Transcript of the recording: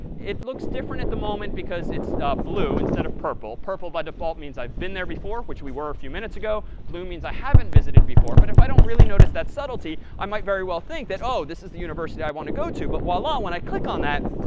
it looks different at the moment because it's blue instead of purple. purple by default means i've been there before, which we were a few minutes ago. blue means i haven't visited before. but if i don't really notice that subtlety, i might very well think that, oh, this is the university i want to go to. but voila, when i click on that,